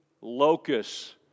locusts